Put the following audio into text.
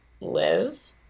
live